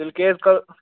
تیٚلہِ